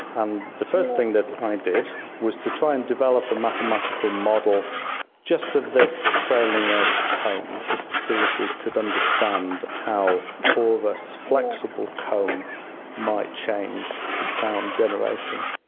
and the first thing that i did was to try and develop a mathematical model just of this trailing edge comb, just to see if we could understand how porous flexible comb might change the sound generation.